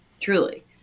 truly